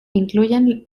incluyen